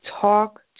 talk